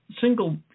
single